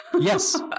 Yes